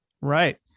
Right